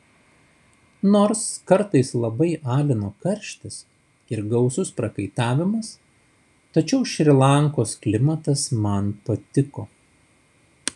nors kartais labai alino karštis ir gausus prakaitavimas tačiau šri lankos klimatas man patiko